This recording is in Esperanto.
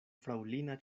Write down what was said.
fraŭlina